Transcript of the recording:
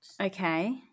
Okay